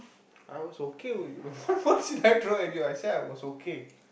I was okay with you what what did I throw at you I said I was okay